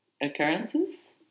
occurrences